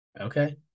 okay